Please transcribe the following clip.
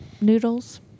noodles